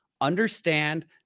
understand